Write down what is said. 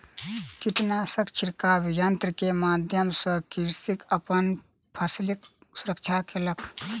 कीटनाशक छिड़काव यन्त्र के माध्यम सॅ कृषक अपन फसिलक सुरक्षा केलक